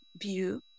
view